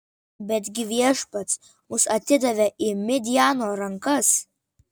betgi viešpats mus atidavė į midjano rankas